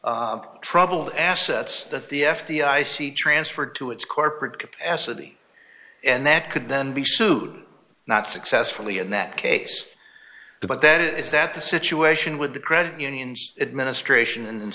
troubled assets that the f d i c transferred to its corporate capacity and that could then be sued not successfully in that case the but that is that the situation with the credit unions administration and